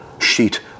sheet